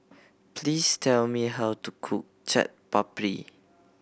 please tell me how to cook Chaat Papri